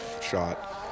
shot